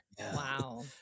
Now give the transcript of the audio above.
Wow